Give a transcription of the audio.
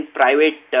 private